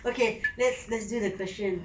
okay let's let's do the question